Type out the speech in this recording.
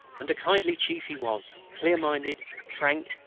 and a kindly chief he was, clear-minded, frank,